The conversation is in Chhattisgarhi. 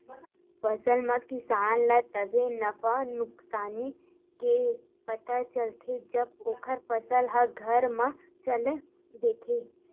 फसल म किसान ल तभे नफा नुकसानी के पता चलथे जब ओखर फसल ह घर म चल देथे